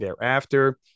thereafter